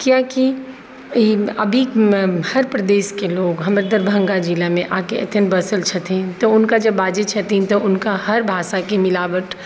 किएकि अभी हर प्रदेशके लोग हमर दरभङ्गा जिलामे आके अखन बसल छथिन तऽ हुनका जब बाजै छथिन तऽ हुनका हर भाषाके मिलावट